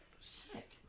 sick